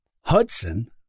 Hudson